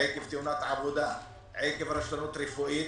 עקב תאונת עבודה, עקב רשלנות רפואית